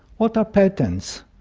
what are patents,